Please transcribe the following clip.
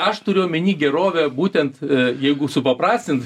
aš turiu omeny gerovę būtent a jeigu supaprastint